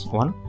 one